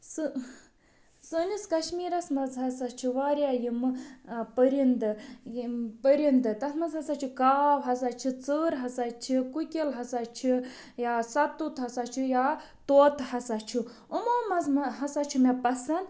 سُہ سٲنِس کَشمیٖرَس منٛز ہَسا چھِ واریاہ یِم ٲں پٔرنٛدٕ یِم پٔرِنٛدٕ تَتھ مَنٛز ہَسا چھُ کاو ہَسا چھُ ژٔر ہَسا چھِ کُکِل ہَسا چھِ یا سَتوُت ہَسا چھُ یا طوطہٕ ہَسا چھُ یِمو مَنٛز مَہ ہَسا چھُ مےٚ پَسنٛد